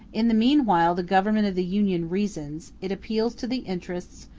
in the mean while the government of the union reasons it appeals to the interests,